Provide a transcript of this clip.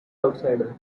outsider